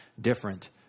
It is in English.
different